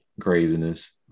craziness